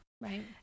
Right